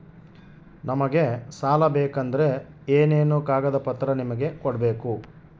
ನಮಗೆ ಸಾಲ ಬೇಕಂದ್ರೆ ಏನೇನು ಕಾಗದ ಪತ್ರ ನಿಮಗೆ ಕೊಡ್ಬೇಕು?